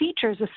features